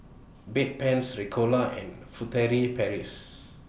Bedpans Ricola and Furtere Paris